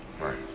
Right